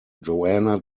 johanna